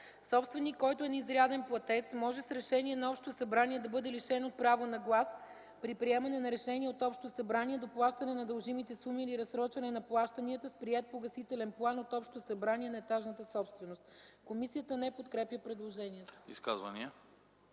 Собственик, който е неизряден платец, може с решение на общото събрание да бъде лишен от право на глас при приемане на решения на общото събрание до плащане на дължимите суми или разсрочване на плащанията с приет погасителен план от общото събрание на етажната собственост.” Комисията не подкрепя предложението.